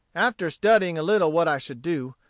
after studying a little what i should do,